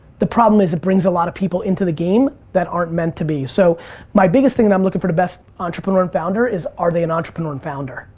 the problem is it brings a lot of people into the game that aren't meant to be. so my biggest things that i'm looking for the best entrepreneur and founder is are they an entrepreneur and founder